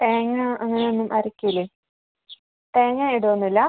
തേങ്ങാ അങ്ങനെ ഒന്നും അരയ്ക്കുകയൊന്നും ഇല്ലേ തേങ്ങാ ഇടുകയൊന്നും ഇല്ലേ